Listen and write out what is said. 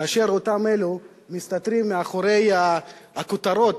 כאשר אותם אלו מסתתרים מאחורי הכותרות